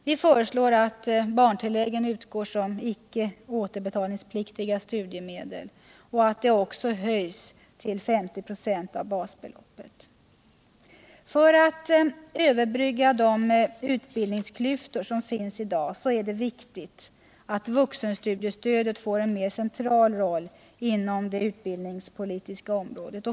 Vi föreslår att barntilläggen utgår i form av icke återbetalningspliktiga studiemedel och att de också höjs till 50 26 av basbeloppet. För att överbrygga de utbildningsklyftor som i dag finns är det viktigt att vuxenstudiestödet får en mer central roll inom det utbildningspolitiska området.